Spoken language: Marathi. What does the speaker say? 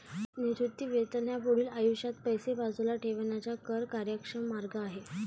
निवृत्ती वेतन हा पुढील आयुष्यात पैसे बाजूला ठेवण्याचा कर कार्यक्षम मार्ग आहे